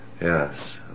Yes